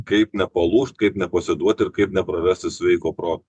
kaip nepalūžt kaip nepasiduoti ir kaip neprarasti sveiko proto